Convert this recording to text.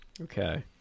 Okay